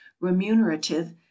remunerative